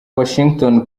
washington